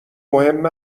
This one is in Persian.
مهم